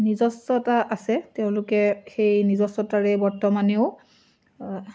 নিজস্বতা আছে তেওঁলোকে সেই নিজস্বতাৰে বৰ্তমানেও